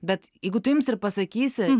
bet jeigu tu ims ir pasakysi